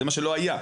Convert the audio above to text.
זה מה שלא היה.